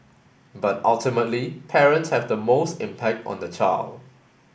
but ultimately parents have the most impact on the child